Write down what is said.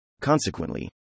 Consequently